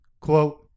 quote